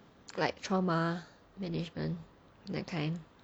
like trauma management that kind